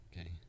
Okay